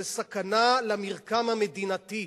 זו סכנה למרקם המדינתי,